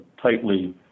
tightly